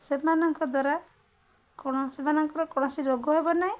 ସେମାନଙ୍କ ଦ୍ୱାରା କଣ ସେମାନଙ୍କର କୌଣସି ରୋଗ ହେବ ନାହିଁ